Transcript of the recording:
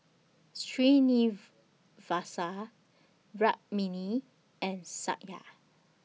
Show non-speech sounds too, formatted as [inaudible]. [unintelligible] Rukmini and Satya